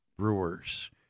Brewers